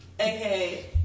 Okay